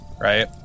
right